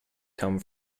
come